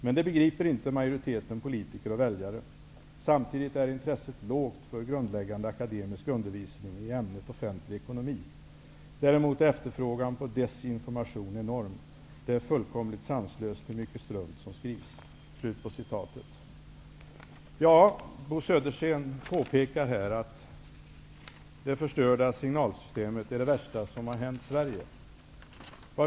Men det begriper inte majoriteten politiker och väljare. Samtidigt är intresset lågt för grundläggande akademisk undervisning i ämnet offentlig ekonomi. Däremot är efterfrågan på desinformation enorm. Det är fullkomligt sanslöst hur mycket strunt som skrivs.'' Bo Södersten påpekar här att det förstörda signalssystemet är det värsta som har hänt Sverige.